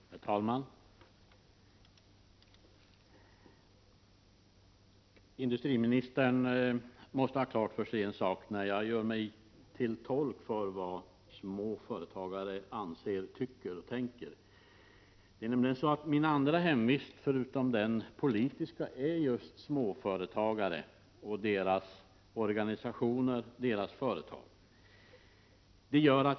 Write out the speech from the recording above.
Herr talman! Industriministern måste ha klart för sig en sak när jag gör mig till tolk för vad små företagare tycker och tänker. Min andra hemvist, förutom den politiska, är nämligen just hos småföretagare och deras 59 organisationer och företag.